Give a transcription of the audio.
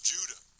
Judah